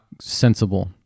sensible